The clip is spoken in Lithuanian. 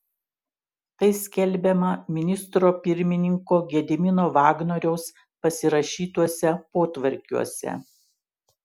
tai skelbiama ministro pirmininko gedimino vagnoriaus pasirašytuose potvarkiuose